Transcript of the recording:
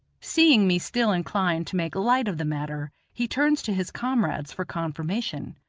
seeing me still inclined to make light of the matter, he turns to his comrades for confirmation.